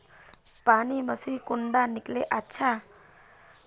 पानी मशीन कुंडा किनले अच्छा?